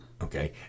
Okay